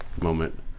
moment